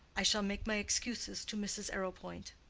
i shall make my excuses to mrs. arrowpoint.